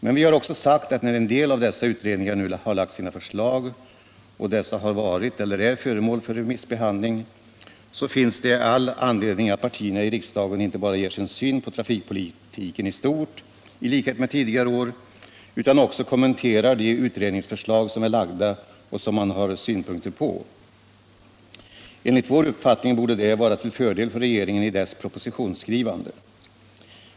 Men vi har också sagt att när en del av dessa utredningar nu har lagt fram sina förslag och dessa har varit eller är föremål för remissbehandling finns det all anledning att partierna i riksdagen inte bara ger sin syn på trafikpolitiken i stort i likhet med tidigare år Trafikpolitiken Traftikpolitiken utan också kommenterar de utredningsförslag som är lagda och som man har synpunkter på. Enligt vår uppfattning borde det vara till fördel för regeringen i dess propositionsskrivande.